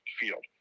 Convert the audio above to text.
field